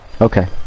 Okay